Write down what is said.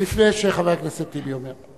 לפני שחבר הכנסת טיבי אומר,